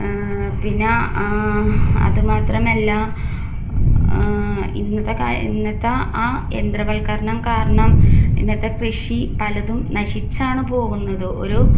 പിന്നെ അതുമാത്രമല്ല ഇന്നത്തെ ഇന്നത്തെ ആ യന്ത്രവൽക്കരണം കാരണം ഇന്നത്തെ കൃഷി പലതും നശിച്ചാണ് പോകുന്നത് ഒരു